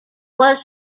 was